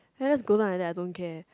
I just go down already I don't care